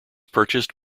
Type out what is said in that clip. purchased